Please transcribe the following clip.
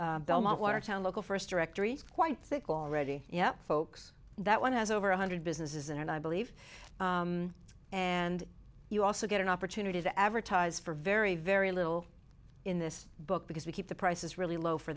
directory belmont watertown local first directory quite thick already yep folks that one has over one hundred businesses and i believe and you also get an opportunity to advertise for very very little in this book because we keep the prices really low for